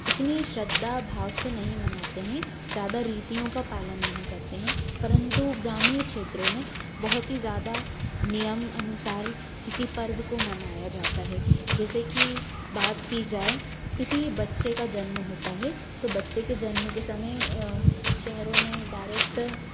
इतनी श्रद्दा भाव से नहीं मनाते हैं ज़्यादा रीतियों का पालन नहीं करते हैं परंतु ग्रामीण क्षेत्रों में बहुत ही ज़्यादा नियम अनुसार किसी पर्व को मनाया जाता है जैसे कि बात की जाए किसी बच्चे का जन्म होता है जो बच्चे के जन्म के समय शहरों में डायरेक्ट